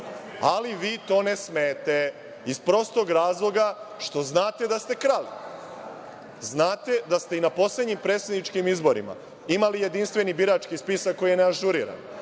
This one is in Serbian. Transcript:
vi to ne smete iz prostog razloga što znate da ste krali. Znate da ste i na poslednjim predsedničkim izborima ili Jedinstveni birački spisak koji je neažuriran,